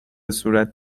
صورت